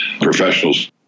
Professionals